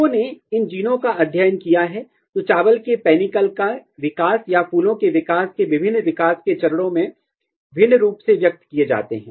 लोगों ने उन जीनों का अध्ययन किया है जो चावल के पेनिकल के विकास या फूलों के विकास के विभिन्न विकास के चरणों में भिन्न रूप से व्यक्त किए जाते हैं